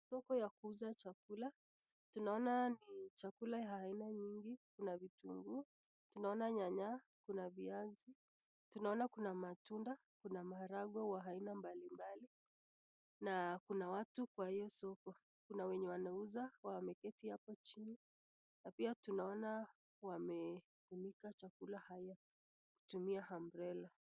huku ya kuuza chakula tunaona ni chakula ya haina nyingi, kuna vitungu tunaona nyanya, kuna viavi, tunaona kuna matunda, kuna maharagwe wa haina mbali mbali na kuna watu kwa hiyo soko kuna watu wenye wanauza wameketi hapo chini, na pia tunaona wamefunika chakula hawa kutumia umbrella